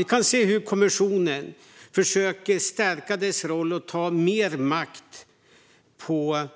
Vi kan se hur kommissionen försöker stärka sin roll och ta mer makt på